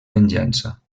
venjança